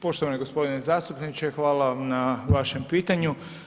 Poštovani g. zastupniče, hvala vam na vašem pitanju.